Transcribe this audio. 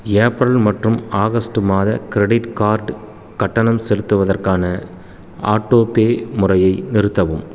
April மற்றும் August மாத credit card கட்டணம் செலுத்துவதற்கான ஆட்டோபே முறையை நிறுத்தவும்